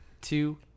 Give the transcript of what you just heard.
two